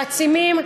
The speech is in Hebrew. מעצימים.